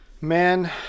Man